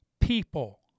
people